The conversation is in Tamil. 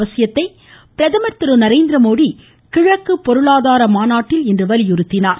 அவசியத்தை பிரதமர் திரு நரேந்திர மோடி கிழக்கு பொருளாதார மாநாட்டில் இன்று வலியுறுத்தியுள்ளார்